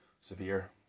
severe